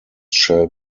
shell